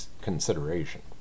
consideration